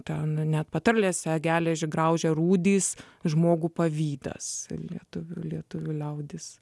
ten net patarlėse geležį graužia rūdys žmogų pavydas lietuvių lietuvių liaudis